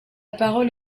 parole